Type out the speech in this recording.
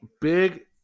big